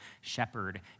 shepherd